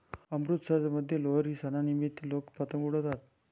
अमृतसरमध्ये लोहरी सणानिमित्त लोक पतंग उडवतात